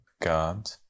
God